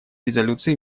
резолюции